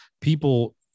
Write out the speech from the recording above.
people